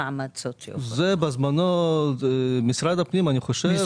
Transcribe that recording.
זה בזמנו משרד הפנים אני חושב.